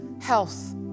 health